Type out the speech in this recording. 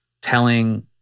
telling